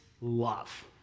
love